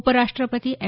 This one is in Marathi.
उपराष्ट्रपती एम